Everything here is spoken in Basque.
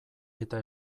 eta